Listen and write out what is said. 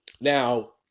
Now